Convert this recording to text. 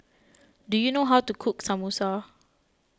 do you know how to cook Samosa